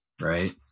right